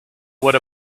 what